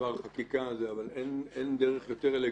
דבר החקיקה הזה, אבל אין דרך יותר אלגנטית